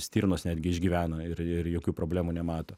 stirnos netgi išgyvena ir ir jokių problemų nemato